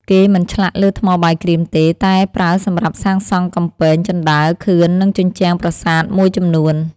គេមិនឆ្លាក់លើថ្មបាយក្រៀមទេ តែប្រើសម្រាប់សាងសង់កំពែង ជណ្តើរ ខឿន និងជញ្ជាំងប្រាសាទមួយចំនួន។